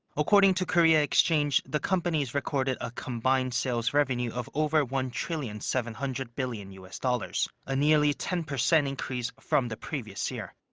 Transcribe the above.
according to korea exchange, the companies recorded a combined sales revenue of over one-trillion-seven-hundred-billion u s. dollars. a nearly ten percent increase from the previous year.